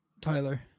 Tyler